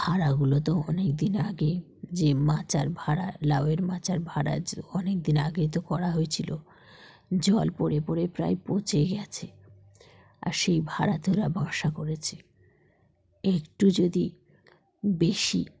ভাড়াগুলো তো অনেক দিন আগে যে মাচার ভাড়া লাউের মাচার ভাড়া অনেক দিন আগেই তো করা হয়েছিলো জল পড়ে পড়ে প্রায় পচে গেছে আর সেই ভাড়াতে ওরা বাসা করেছে একটু যদি বেশি